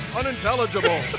unintelligible